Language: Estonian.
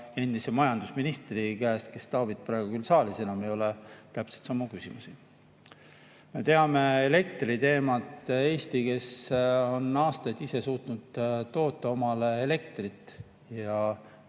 endise majandusministri käest, kes praegu küll saalis enam ei ole, täpselt samu küsimusi.Me teame elektriteemat. Eesti on aastaid ise suutnud toota omale elektrit ja